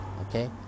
okay